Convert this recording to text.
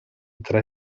tre